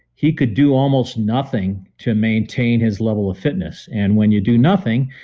he could do almost nothing to maintain his level of fitness and when you do nothing,